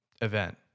event